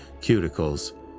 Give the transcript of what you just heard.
cuticles